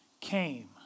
came